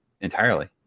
entirely